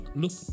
look